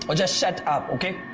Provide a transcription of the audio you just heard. but just shut up! okay?